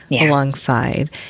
alongside